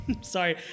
Sorry